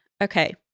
okay